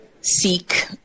seek